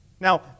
Now